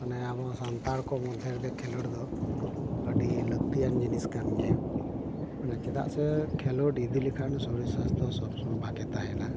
ᱚᱱᱮ ᱟᱵᱚ ᱥᱟᱱᱛᱟᱲ ᱠᱚ ᱢᱚᱫᱽᱫᱷᱮ ᱨᱮᱜᱮ ᱠᱷᱮᱞᱳᱰ ᱫᱚ ᱟᱹᱰᱤ ᱞᱟᱹᱠᱛᱤᱭᱟᱱ ᱡᱤᱱᱤᱥ ᱠᱟᱱ ᱜᱮᱭᱟ ᱪᱮᱫᱟᱜ ᱥᱮ ᱠᱷᱮᱞᱳᱰ ᱤᱫᱤ ᱞᱮᱠᱷᱟᱱ ᱥᱚᱨᱤᱨ ᱥᱟᱥᱛᱷᱚ ᱥᱚᱵᱽ ᱥᱚᱢᱚᱭ ᱵᱷᱟᱜᱮ ᱛᱟᱦᱮᱱᱟ